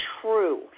true